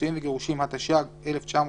(נישואין וגירושין), התשי"ג-1953,